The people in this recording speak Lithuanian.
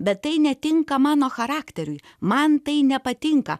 bet tai netinka mano charakteriui man tai nepatinka